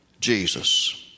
Jesus